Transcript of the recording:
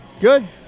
Good